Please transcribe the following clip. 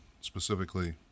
specifically